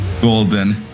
golden